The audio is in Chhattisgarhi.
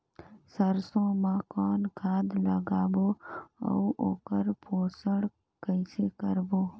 सरसो मा कौन खाद लगाबो अउ ओकर पोषण कइसे करबो?